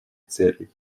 целей